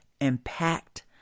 impact